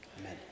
Amen